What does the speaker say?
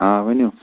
آ ؤنِو